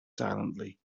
silently